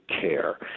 care